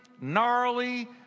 gnarly